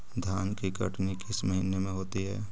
धान की कटनी किस महीने में होती है?